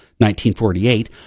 1948